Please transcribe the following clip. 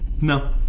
No